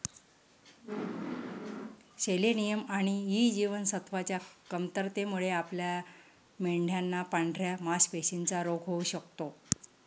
selenium आणि E जीवनसत्वच्या कमतरतेमुळे आपल्या मेंढयांना पांढऱ्या मासपेशींचा रोग होऊ शकतो